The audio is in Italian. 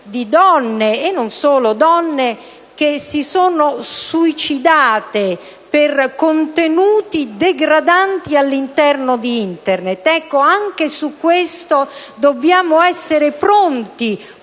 donne, e non solo, che si sono suicidate per contenuti degradanti all'interno di Internet. Ecco, anche su questo dobbiamo essere pronti